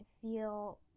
feel